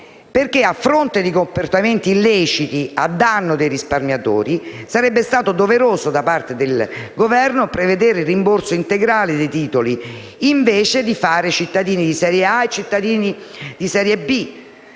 banche. A fronte di comportamenti illeciti a danno dei risparmiatori, sarebbe infatti stato doveroso da parte del Governo prevedere il rimborso integrale dei titoli, invece di fare cittadini di serie A e di serie B.